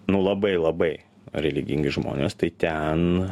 nu labai labai religingi žmonės tai ten